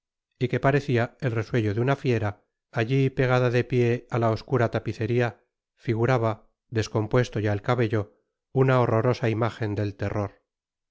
y que parecia el resuello de una fiera alli pegada de pié á la oscura tapiceria figuraba descompuesto ya el cabello una horrorosa imagen del terror